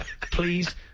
Please